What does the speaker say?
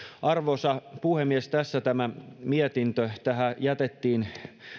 arvoisa puhemies tässä tämä mietintö tähän jätettiin